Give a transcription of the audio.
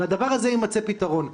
לדבר הזה יימצא פתרון.